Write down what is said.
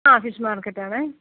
ആ fish market ആണേ